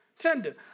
tender